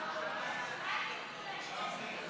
להעביר לוועדה את הצעת חוק הביטוח הלאומי (תיקון,